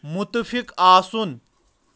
مُتفِق آسُن